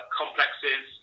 complexes